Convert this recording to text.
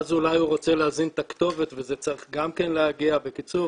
ואז אולי הוא רוצה להזין את הכתובת וזה צריך גם להגיע בקיצור